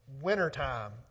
wintertime